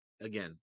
again